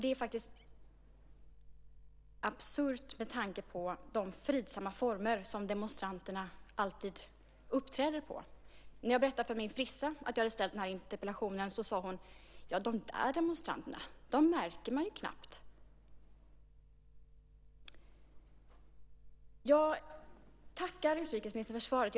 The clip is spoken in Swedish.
Det är absurt med tanke på de fridsamma former demonstrationerna har och hur demonstranterna alltid uppträder. När jag berättade för min frisör att jag hade ställt den här interpellationen sade hon: De demonstranterna märker man ju knappt. Jag tackar utrikesministern för svaret.